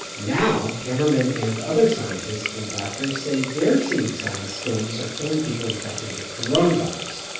now hamerman and other scientists and doctors say they're seeing signs storms are killing people infected with coronavirus.